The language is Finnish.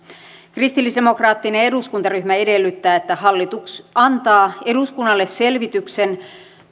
kristillisdemokraattinen eduskuntaryhmä edellyttää että hallitus antaa eduskunnalle selvityksen